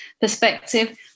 perspective